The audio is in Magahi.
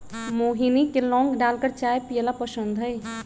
मोहिनी के लौंग डालकर चाय पीयला पसंद हई